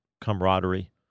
camaraderie